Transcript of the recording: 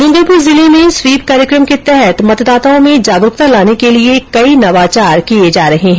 ड्रंगरपुर जिले में स्वीप कार्यक्रम के तहत मतदाताओं में जागरूकता लाने के लिये कई नवाचार किये जा रहे हैं